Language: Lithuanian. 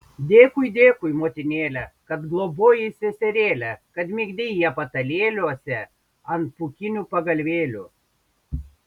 dėkui dėkui motinėle kad globojai seserėlę kad migdei ją patalėliuose ant pūkinių pagalvėlių